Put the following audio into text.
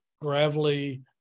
gravelly